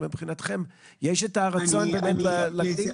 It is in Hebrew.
יש את הרצון לזה?